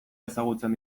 ezagutzen